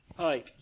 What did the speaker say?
Hi